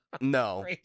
No